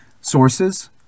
sources